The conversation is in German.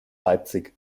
leipzig